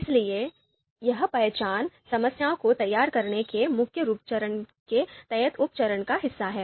इसलिए यह पहचान समस्या को तैयार करने के मुख्य चरण के तहत उप चरण का हिस्सा है